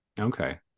okay